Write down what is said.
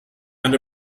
and